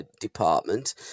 department